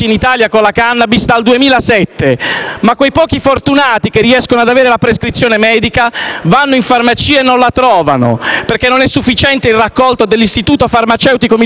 ma quei pochi fortunati che riescono ad avere la prescrizione medica vanno in farmacia e non la trovano, perché non é sufficiente il raccolto dell'Istituto farmaceutico militare di Firenze e, soprattutto,